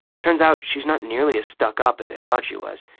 turns out she's not nearly as stuck-up as i thought she was,